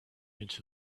into